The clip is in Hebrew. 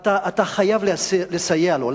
אתה חייב לסייע לו.